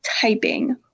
typing